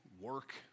work